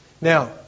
Now